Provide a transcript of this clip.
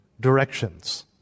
Directions